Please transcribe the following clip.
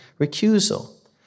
recusal